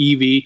EV